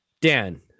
Dan